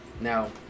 Now